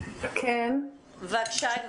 בבקשה.